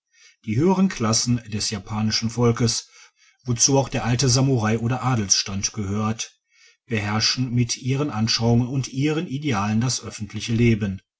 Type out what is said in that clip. die höheren klassen des japanischen volkes wozu auch der alte samurai oder adelsstand gehört beherrschen mit ihren anschauungen und ihren idealen das öffentliche leben